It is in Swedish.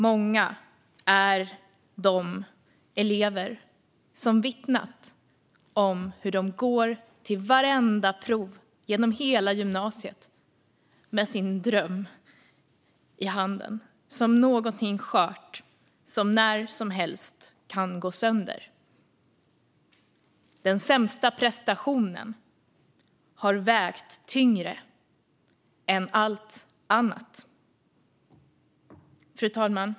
Många är de elever som har vittnat om hur de går till vartenda prov genom hela gymnasiet med sin dröm i handen som något skört som när som helst kan gå sönder. Den sämsta prestationen har vägt tyngre än allt annat. Fru talman!